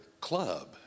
club